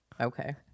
Okay